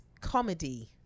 Comedy